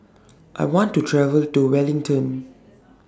I want to travel to Wellington